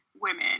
women